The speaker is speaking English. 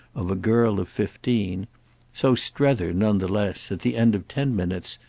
of a girl of fifteen so strether, none the less, at the end of ten minutes,